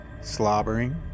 slobbering